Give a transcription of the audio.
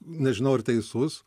nežinau ar teisus